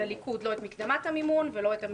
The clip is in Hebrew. לליכוד לא את מקדמת המימון ולא את המימון הסופי.